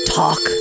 talk